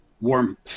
warm